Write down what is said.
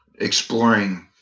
exploring –